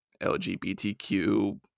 lgbtq